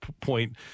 point